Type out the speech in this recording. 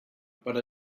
but